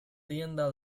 tienda